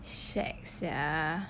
shag sia